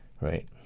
Right